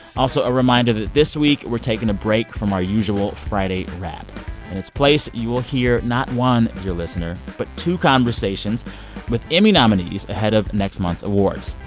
also, a reminder that this week, we're taking a break from our usual friday wrap. in its place, you will hear not one, dear listener, but two conversations with emmy nominees ahead of next month's awards.